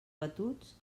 batuts